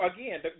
again